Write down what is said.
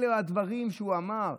אלה הדברים שהוא אמר,